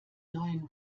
neuen